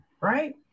right